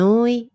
Noi